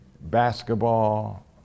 basketball